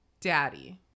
daddy